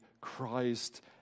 Christ